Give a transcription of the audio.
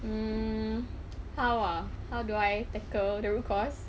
mm how ah how do I tackle the root cause